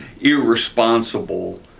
irresponsible